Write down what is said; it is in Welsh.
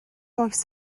oes